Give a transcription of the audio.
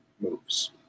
moves